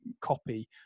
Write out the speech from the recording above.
copy